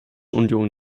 union